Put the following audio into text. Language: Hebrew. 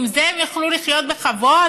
עם זה הם יוכלו לחיות בכבוד?